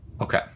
Okay